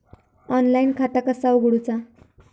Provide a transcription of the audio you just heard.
Online खाता कसा उगडूचा?